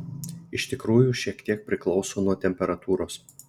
iš tikrųjų šiek tiek priklauso nuo temperatūros